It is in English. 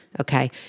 Okay